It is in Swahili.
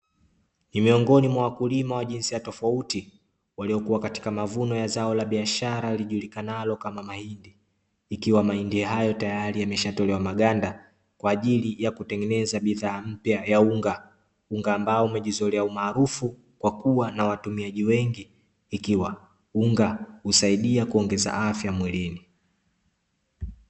Ni miongoni mwa wakulima wa jinsia tofauti waliokua katika mavuno ya zao la biashara lijulikanalo kama mahindi, ikiwa mahindi hayo tayari yameshatolewa maganda kwaajili ya kutengeneza bidhaa mpya ya unga, unga ambao umejizoelea umaarufu kwakuwa na watumiaji wengi ikiwa unga husaidia kuongeza afya mwilini.